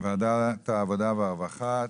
לוועדת העבודה והרווחה,